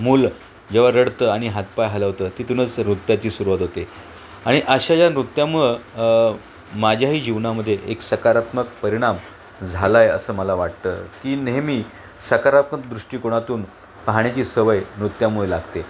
मूलं जेव्हा रडतं आणि हातपाय हलवतं तिथूनच नृत्याची सुरवात होते आणि अशा ज्या नृत्यामुळं माझ्याही जीवनामध्ये एक सकारात्मक परिणाम झाला आहे असं मला वाटतं की नेहमी सकारात्मक दृष्टिकोणातून पाहण्याची सवय नृत्यामुळे लागते